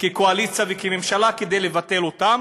כקואליציה וכממשלה כדי לבטל אותם.